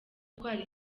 gutwara